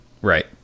Right